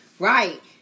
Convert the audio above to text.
Right